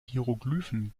hieroglyphen